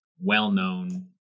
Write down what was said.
well-known